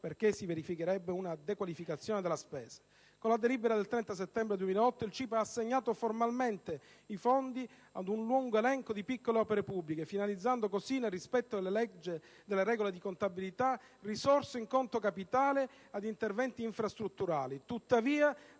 perché si verificherebbe una dequalificazione della spesa. Con la delibera del 30 settembre 2008 il CIPE ha assegnato formalmente i fondi ad un lungo elenco di piccole opere pubbliche, finalizzando così, nel rispetto delle regole di contabilità, risorse in conto capitale ad interventi infrastrutturali;